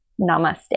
namaste